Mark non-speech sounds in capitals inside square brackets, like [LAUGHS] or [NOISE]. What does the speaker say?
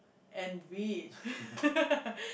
and rich [LAUGHS]